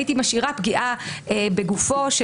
הייתי משאירה פגיעה בגופו.